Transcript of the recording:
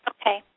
Okay